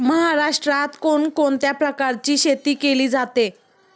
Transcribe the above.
महाराष्ट्रात कोण कोणत्या प्रकारची शेती केली जाते?